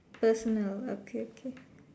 personal okay okay